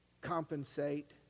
compensate